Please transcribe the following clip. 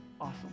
Awesome